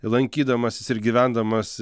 lankydamasis ir gyvendamas